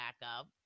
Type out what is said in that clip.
backup